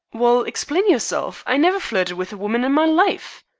well, explain yourself. i never flirted with a woman in my life.